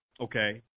okay –